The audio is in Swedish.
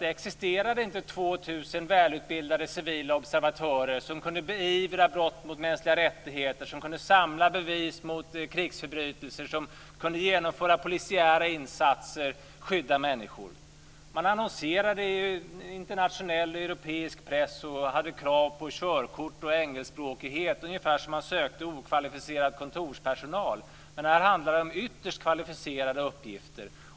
Det existerade ju inte 2 000 välutbildade civila observatörer som kunde beivra brott mot mänskliga rättigheter, som kunde samla bevis mot krigsförbrytelser och som kunde genomföra polisiära insatser och skydda människor. Man annonserade i internationell och europeisk press och hade krav på körkort och engelskspråkighet - ungefär som om okvalificerad kontorspersonal söktes - men här handlar det om ytterst kvalificerade uppgifter.